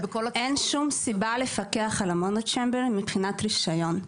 ובכל הצפון --- אין שום סיבה לפקח על המונוצ'יימברים מבחינת רישיון.